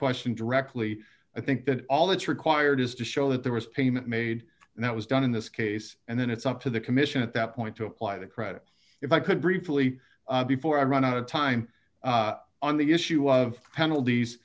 question directly i think that all that's required is to show that there was a payment made and that was done in this case and then it's up to the commission at that point to apply the credit if i could briefly before i run out of time on the issue of penalties